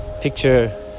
Picture